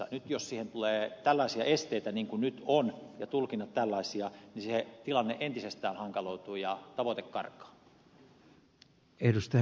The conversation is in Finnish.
nyt jos siihen tulee tällaisia esteitä niin kuin nyt on ja tulkinnat ovat tällaisia niin se tilanne entisestään hankaloituu ja tavoite karkaa